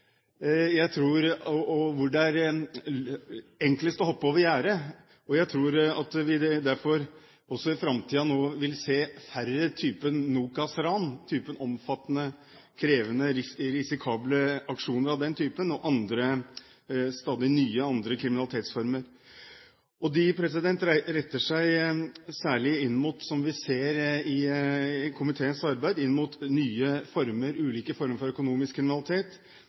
og hvor det er enklest å hoppe over gjerdet. Jeg tror at vi derfor også i framtiden vil se færre av typen NOKAS-ran – av typen omfattende, krevende og risikable aksjoner – og stadig nye, andre kriminalitetsformer. De retter seg særlig – som vi har sett i komiteens arbeid – inn mot nye, ulike former for økonomisk kriminalitet, ulike former for data/cyberkriminalitet, men vi ser også en fornying og profesjonalisering av kjente former for kriminalitet,